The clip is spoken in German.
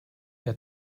der